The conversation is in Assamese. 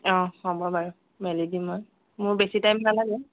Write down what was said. অ' হ'ব বাৰু মেলি দিম মই মোৰ বেছি টাইম নালাগে